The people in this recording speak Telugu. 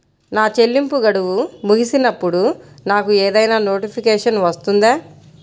నా చెల్లింపు గడువు ముగిసినప్పుడు నాకు ఏదైనా నోటిఫికేషన్ వస్తుందా?